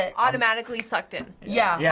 ah automatically sucked in. yeah, yeah